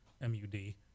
M-U-D